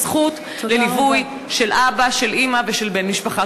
יש לו הזכות לליווי של אבא, של אימא ושל בן משפחה.